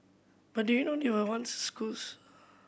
but do you know they were once schools